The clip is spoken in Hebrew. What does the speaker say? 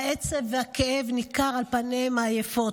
העצב והכאב ניכר על פניהם העייפות.